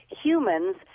humans